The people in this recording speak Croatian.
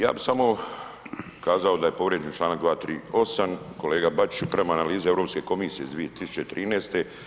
Ja bih samo kazao da je povrijeđen članak 238., kolega Bačiću prema analizi Europske komisije iz 2013.